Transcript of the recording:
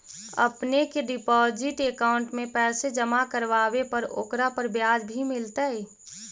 अपने के deposit account में पैसे जमा करवावे पर ओकरा पर ब्याज भी मिलतई